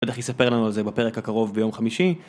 בטח יספר לנו על זה בפרק הקרוב ביום חמישי.